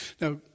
Now